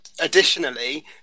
additionally